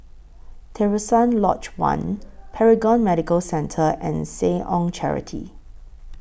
Terusan Lodge one Paragon Medical Centre and Seh Ong Charity